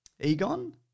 Egon